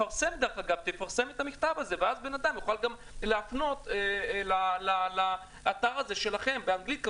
תפרסם את המכתב הזה ואז בן אדם יוכל להפנות לאתר שלכם באנגלית כמובן,